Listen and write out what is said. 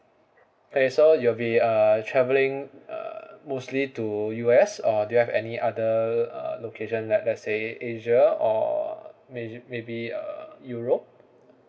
okay so you'll be uh travelling uh mostly to U_S or do you have any other uh location let let's say asia or may maybe uh europe